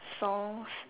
songs